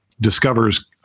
discovers